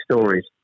stories